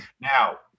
Now